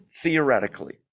theoretically